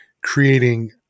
creating